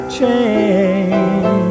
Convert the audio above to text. change